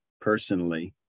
personally